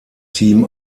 team